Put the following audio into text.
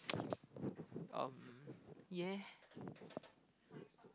um yeah